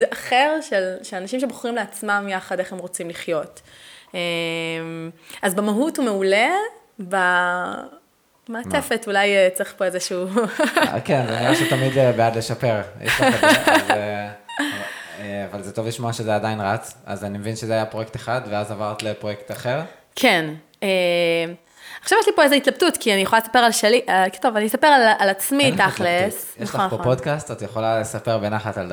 זה אחר שאנשים שבוחרים לעצמם יחד איך הם רוצים לחיות, אז במהות הוא מעולה, במעטפת אולי צריך פה איזשהו... כן, זה נראה שתמיד בעד לשפר, אבל זה טוב לשמוע שזה עדיין רץ, אז אני מבין שזה היה פרויקט אחד, ואז עברת לפרויקט אחר. כן, עכשיו יש לי פה איזו התלבטות, כי אני יכולה לספר על שלי, טוב, אני אספר על עצמי תכל'ס. יש לך פה פודקאסט, את יכולה לספר בנחת על